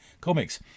comics